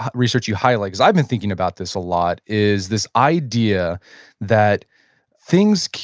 research you highlight cause i've been thinking about this a lot is this idea that things,